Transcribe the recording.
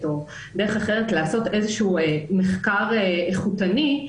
או דרך אחרת לעשות איזשהו מחקר איכותני,